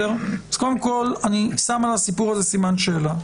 אני שם על הסיפור הזה סימן שאלה,